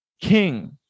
king